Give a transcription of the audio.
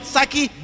Saki